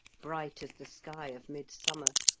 bright as the sky of midsummer,